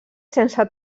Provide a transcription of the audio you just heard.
sense